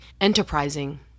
enterprising